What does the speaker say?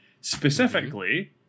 Specifically